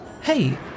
Hey